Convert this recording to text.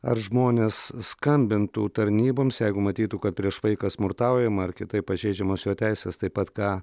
ar žmonės skambintų tarnyboms jeigu matytų kad prieš vaiką smurtaujama ar kitaip pažeidžiamos jo teisės taip pat ką